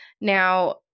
Now